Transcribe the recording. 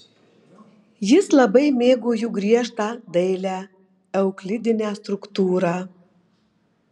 jis labai mėgo jų griežtą dailią euklidinę struktūrą